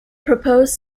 proposed